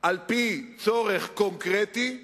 על-פי צורך קונקרטי קיים,